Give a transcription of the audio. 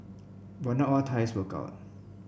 but not all ties work out